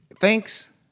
thanks